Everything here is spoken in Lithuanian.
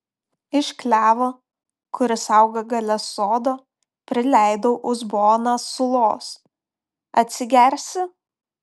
iš klevo kuris auga gale sodo prileidau uzboną sulos atsigersi